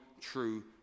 true